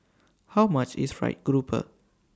How much IS Fried Grouper